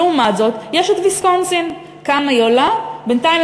לעומת זאת, יש ויסקונסין.